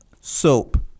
soap